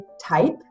type